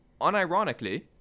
unironically